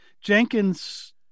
jenkins